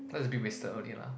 just a bit wasted only lah